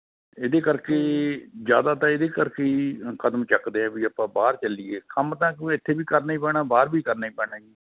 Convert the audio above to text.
ਇਹਦੇ ਕਰਕੇ ਜ਼ਿਆਦਾ ਤਾਂ ਇਹਦੇ ਕਰਕੇ ਹੀ ਕਦਮ ਚੱਕਦੇ ਆ ਵੀ ਆਪਾਂ ਬਾਹਰ ਚੱਲੀਏ ਕੰਮ ਤਾਂ ਕੋਈ ਇੱਥੇ ਵੀ ਕਰਨਾ ਈ ਪੈਣਾ ਬਾਹਰ ਵੀ ਕਰਨਾ ਈ ਪੈਣਾ ਜੀ